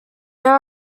there